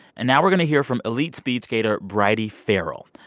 and now we're going to hear from elite speedskater bridie farrell.